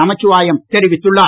நமசிவாயம் தெரிவித்துள்ளார்